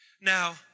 Now